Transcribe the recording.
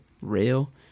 rail